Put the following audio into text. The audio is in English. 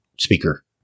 speaker